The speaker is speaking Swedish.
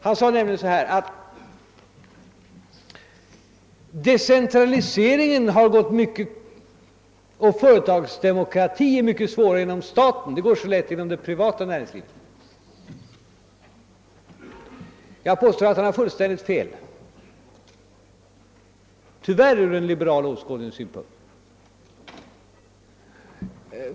Han sade att decentralisering och företagsdemokrati är mycket svårare att åstadkomma inom statlig verksamhet än inom det privata näringslivet. Jag påstår att han har fullständigt fel — tyvärr, ur den liberala åskådningens synpunkt.